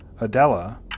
Adela